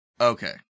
Okay